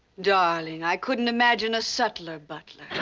darling, i couldn't imagine a subtler butler.